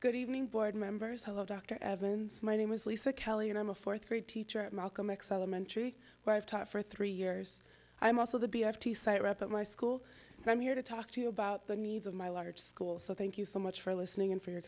good evening board members hello dr evans my name is lisa kelley and i'm a fourth grade teacher at malcolm x elementary where i've taught for three years i am also the b f t site rep at my school i'm here to talk to you about the needs of my large school so thank you so much for listening and for your